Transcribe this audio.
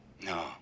No